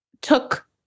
took